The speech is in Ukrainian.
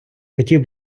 хотів